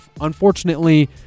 unfortunately